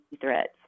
threats